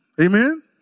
amen